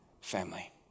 family